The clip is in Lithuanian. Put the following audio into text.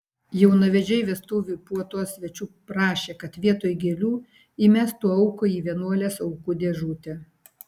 jaunavedžiai vestuvių puotos svečių prašė kad vietoj gėlių įmestų auką į vienuolės aukų dėžutę